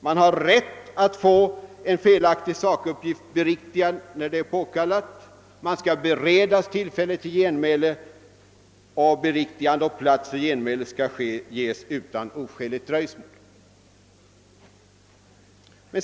Man har rätt att få en felaktig sakuppgift beriktigad när det är påkallat, man skall beredas tillfälle till genmäle, och beriktigande och plats för genmäle skall ges utan oskäligt dröjsmål.